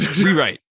Rewrite